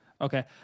okay